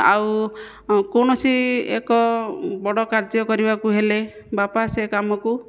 ଆଉ କୌଣସି ଏକ ବଡ଼ କାର୍ଯ୍ୟ କରିବାକୁ ହେଲେ ବାପା ସେ କାମକୁ